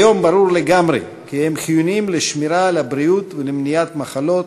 היום ברור לגמרי כי הם חיוניים לשמירה על הבריאות ולמניעת מחלות,